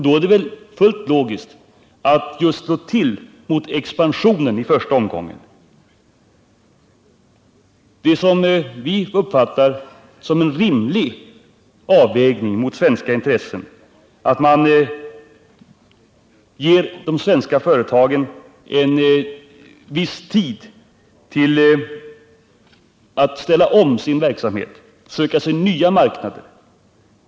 Då är det väl fullt logiskt att just slå till mot expansionen i första rummet. Vi uppfattar det som en rimlig avvägning att ge de svenska företagen en viss tid för att ställa om sin verksamhet och söka sig nya marknader.